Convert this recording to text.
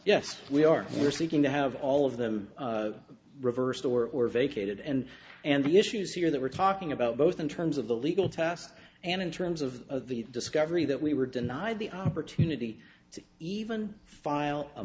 yes we are we're seeking to have all of them reversed or vacated and and the issues here that we're talking about both in terms of the legal test and in terms of the discovery that we were denied the opportunity to even file a